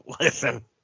listen